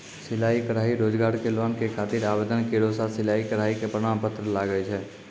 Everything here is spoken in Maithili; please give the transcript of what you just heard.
सिलाई कढ़ाई रोजगार के लोन के खातिर आवेदन केरो साथ सिलाई कढ़ाई के प्रमाण पत्र लागै छै?